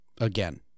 again